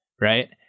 Right